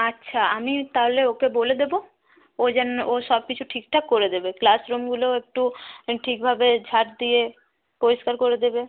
আচ্ছা আমি তাহলে ওকে বলে দেবো ও যেন ও সবকিছু ঠিকঠাক করে দেবে ক্লাসরুমগুলো একটু ঠিকভাবে ঝাড় দিয়ে পরিষ্কার করে দেবে